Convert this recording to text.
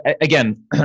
again